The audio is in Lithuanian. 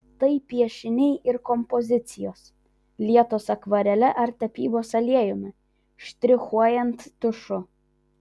tai piešiniai ir kompozicijos lietos akvarele ar tapybos aliejumi štrichuojant tušu